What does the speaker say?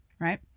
Right